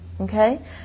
okay